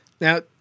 Now